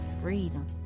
freedom